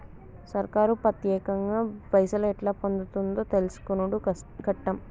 సర్కారు పత్యేకంగా పైసలు ఎట్లా పొందుతుందో తెలుసుకునుడు కట్టం